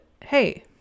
hey